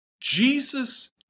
Jesus